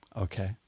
Okay